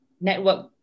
network